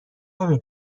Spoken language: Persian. نمی